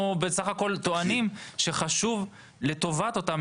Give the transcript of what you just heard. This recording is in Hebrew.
אנחנו בסך הכול אומרים שלטובת אותם